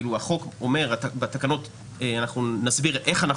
החוק אומר, בתקנות נסביר איך אנחנו